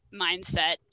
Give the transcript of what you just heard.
mindset